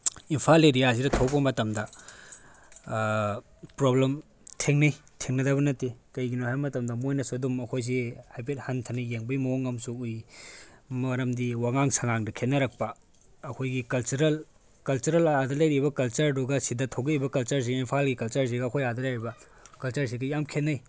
ꯏꯝꯐꯥꯜ ꯑꯦꯔꯤꯌꯥꯁꯤꯗ ꯊꯣꯛꯄ ꯃꯇꯝꯗ ꯄ꯭ꯔꯣꯕ꯭ꯂꯦꯝ ꯊꯦꯡꯅꯩ ꯊꯦꯡꯅꯗꯕ ꯅꯠꯇꯦ ꯀꯔꯤꯒꯤꯅꯣ ꯍꯥꯏꯕ ꯃꯇꯝꯗ ꯃꯣꯏꯅꯁꯨ ꯑꯗꯨꯝ ꯑꯩꯈꯣꯏꯁꯤ ꯍꯥꯏꯐꯦꯠ ꯍꯟꯊꯅ ꯌꯦꯡꯕꯒꯤ ꯃꯑꯣꯡ ꯑꯃꯁꯨ ꯎꯏ ꯃꯔꯝꯗꯤ ꯋꯥꯉꯥꯡ ꯁꯉꯥꯡꯗ ꯈꯦꯠꯅꯔꯛꯄ ꯑꯩꯈꯣꯏꯒꯤ ꯀꯜꯆꯔꯦꯜ ꯀꯜꯆꯔꯦꯜ ꯑꯥꯗ ꯂꯩꯔꯤꯕ ꯀꯜꯆꯔꯗꯨꯒ ꯁꯤꯗ ꯊꯣꯛꯂꯛꯏꯕ ꯀꯜꯆꯔꯁꯤꯒ ꯏꯝꯐꯥꯜꯒꯤ ꯀꯜꯆꯔꯁꯤꯒ ꯑꯩꯈꯣꯏ ꯑꯥꯗ ꯂꯩꯔꯤꯕ ꯀꯜꯆꯔꯁꯤꯗꯤ ꯌꯥꯝ ꯈꯦꯠꯅꯩ